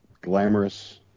glamorous